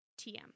TM